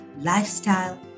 lifestyle